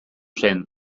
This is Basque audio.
zen